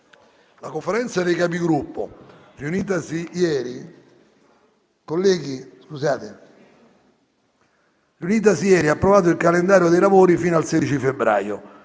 La Conferenza dei Capigruppo, riunitasi ieri, ha approvato il calendario dei lavori fino al 16 febbraio.